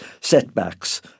setbacks